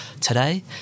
today